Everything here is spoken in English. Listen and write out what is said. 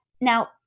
Now